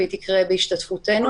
היא תקרה בהשתתפותנו.